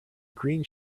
green